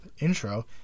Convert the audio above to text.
intro